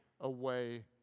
away